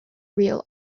real